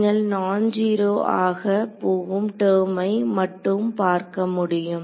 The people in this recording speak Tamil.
நீங்கள் நான் ஜீரோ ஆக போகும் டெர்மை மட்டும் பார்க்க முடியும்